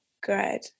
good